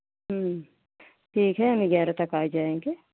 ठीक है हम ग्यारह तक आ जाएंगे